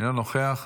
אינו נוכח,